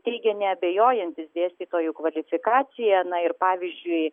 teigė neabejojantis dėstytojų kvalifikacija na ir pavyzdžiui